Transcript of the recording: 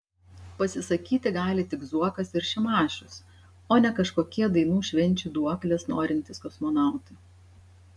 pasisakyti gali tik zuokas ir šimašius o ne kažkokie dainų švenčių duoklės norintys kosmonautai